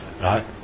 right